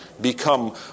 become